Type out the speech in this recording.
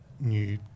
new